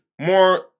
more